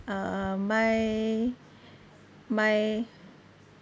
uh my my